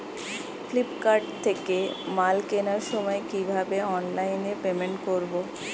Flipkart থেকে মাল কেনার সময় কিভাবে অনলাইনে পেমেন্ট করব?